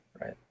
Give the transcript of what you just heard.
right